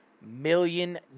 million